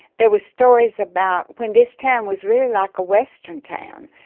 there were stories about when this town was really like a western town.